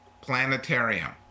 Planetarium